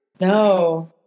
No